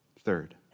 Third